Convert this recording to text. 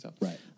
Right